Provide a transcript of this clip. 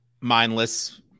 mindless